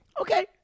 Okay